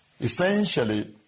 Essentially